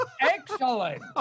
Excellent